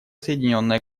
соединенное